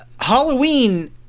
Halloween